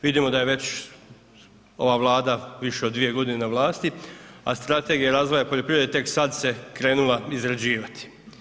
Vidimo da je već ova Vlada više od dvije godine na vlasti, a strategija razvoja poljoprivrede tek sada se krenula izrađivati.